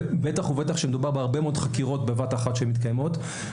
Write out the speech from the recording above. בטח כאשר מדובר בהרבה מאוד חקירות שמתקיימות בבת אחת.